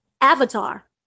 Avatar